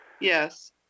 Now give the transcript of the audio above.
Yes